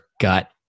gut